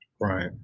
right